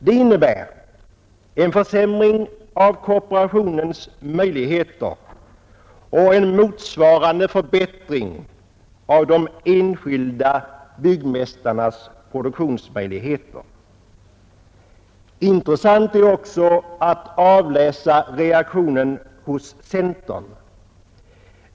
Det innebär en försämring av kooperationens möjligheter och en motsvarande förbättring av de enskilda byggmästarnas produktionsmöjligheter. Intressant är också att avläsa reaktionen hos centern.